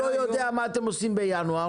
היום לא הגעת ליעדים שלך,